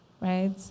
right